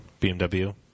BMW